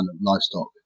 livestock